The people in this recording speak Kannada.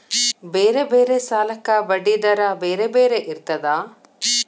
ಬೇರೆ ಬೇರೆ ಸಾಲಕ್ಕ ಬಡ್ಡಿ ದರಾ ಬೇರೆ ಬೇರೆ ಇರ್ತದಾ?